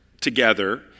together